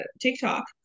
tiktok